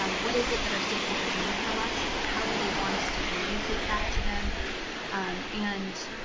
um what is it that our stakeholders need from us. how do they want us to communicate that to them and